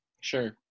Sure